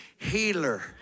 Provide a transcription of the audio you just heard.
healer